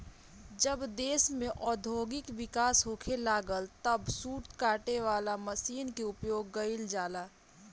जब देश में औद्योगिक विकास होखे लागल तब सूत काटे वाला मशीन के उपयोग गईल जाला